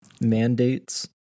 mandates